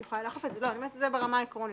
זה ברמה העקרונית,